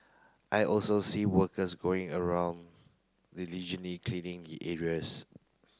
I also see workers going around diligently cleaning the areas